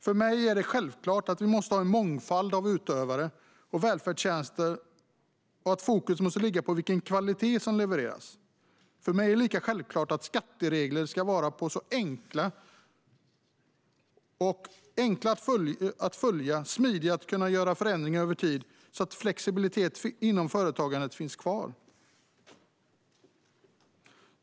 För mig är det självklart att vi måste ha en mångfald av utövare och välfärdstjänster och att fokus måste ligga på vilken kvalitet som levereras. För mig är det lika självklart att skatteregler ska vara så enkla att följa och smidiga att ändra över tid att flexibiliteten inom företagandet finns kvar.